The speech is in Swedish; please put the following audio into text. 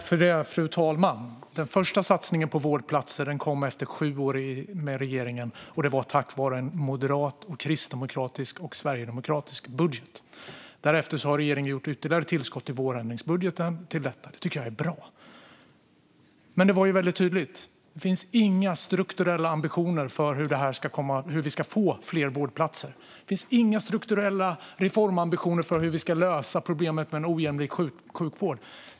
Fru talman! Den första satsningen på vårdplatser kom efter sju år med regeringen, och det var tack vare en moderat, kristdemokratisk och sverigedemokratisk budget. Därefter har regeringen gjort ytterligare tillskott till detta i vårändringsbudgeten, och det tycker jag är bra. Men det är ju väldigt tydligt: Det finns inga strukturella ambitioner för hur vi ska få fler vårdplatser. Det finns inga strukturella reformambitioner för hur vi ska lösa problemet med en ojämlik sjukvård.